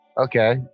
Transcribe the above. Okay